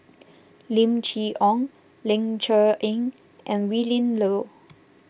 Lim Chee Onn Ling Cher Eng and Willin Low